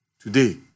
Today